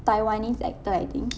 taiwanese actor I think